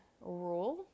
rule